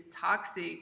toxic